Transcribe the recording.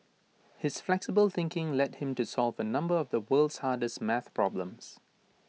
his flexible thinking led him to solve A number of the world's hardest math problems